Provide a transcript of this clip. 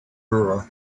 brewer